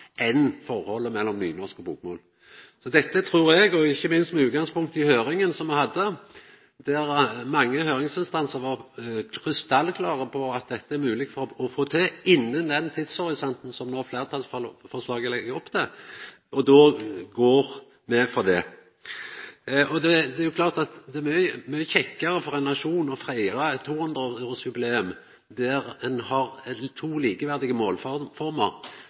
minst med utgangspunkt i høyringa som me hadde, der mange høyringsinstansar var krystallklare på at det er mogleg å få til dette innanfor den tidshorisonten som no fleirtalsforslaget legg opp til. Det er klart at det er mykje kjekkare for ein nasjon å feira eit 200-årsjubileum der ein har Grunnlova i to likeverdige